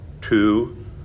Two